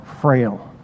frail